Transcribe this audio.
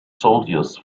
soldiers